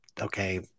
okay